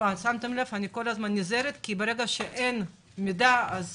אני מדברת בזהירות כי ברגע שאין מידע יש